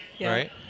right